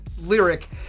lyric